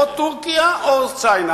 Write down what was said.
או טורקיה או צ'יינה,